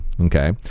Okay